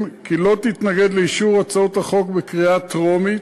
כי לא תתנגד לאישור הצעות החוק בקריאה טרומית,